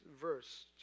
verse